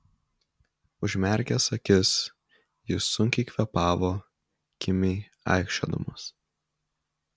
užmerkęs akis jis sunkiai kvėpavo kimiai aikčiodamas